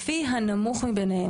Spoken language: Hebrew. לפי הנמוך מבניהם.